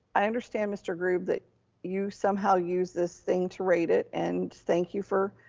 i understand mr. grube that you somehow use this thing to rate it. and thank you for